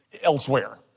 elsewhere